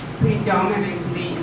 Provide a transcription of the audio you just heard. predominantly